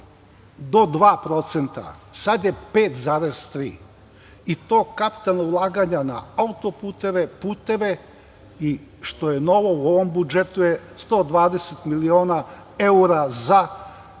do 2%. Sad je 5,3%, i to kapitalna ulaganja na autoputeve, puteve i što je novo u ovom budžetu je 120 miliona evra za